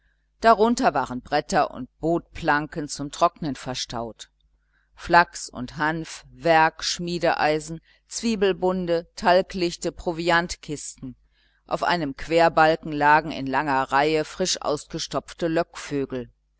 darunter waren bretter und bootplanken zum trocknen verstaut flachs und hanf werg schmiedeeisen zwiebelbunde talglichte proviantkisten auf einem querbalken lagen in langer reihe frisch ausgestopfte lockvögel